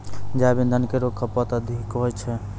जैव इंधन केरो खपत अधिक होय छै